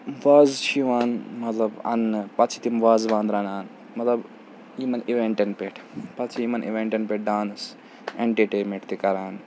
وازٕ چھِ یِوان مطلب اَننہٕ پَتہٕ چھِ تِم وازٕوان رَنان مطلب یِمَن اِوٮ۪نٛٹَن پٮ۪ٹھ پَتہٕ چھِ یِمَن اِوٮ۪نٛٹَن پٮ۪ٹھ ڈانٕس اٮ۪نٹَرٹینمٮ۪نٛٹ تہِ کَران